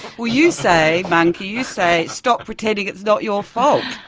well you say, monkey, you say stop pretending it's not your fault.